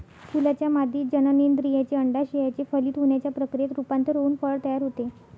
फुलाच्या मादी जननेंद्रियाचे, अंडाशयाचे फलित होण्याच्या प्रक्रियेत रूपांतर होऊन फळ तयार होते